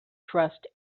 trust